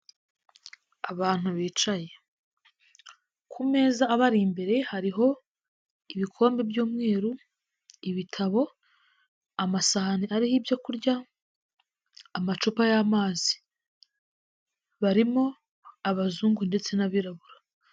Abantu bicaye, ku meza abari imbere hariho ibikombe by'umweru, ibitabo amasahani, ariho ibyo kurya, amacupa y'amazi, barimo abazungu ndetse n'abirabura.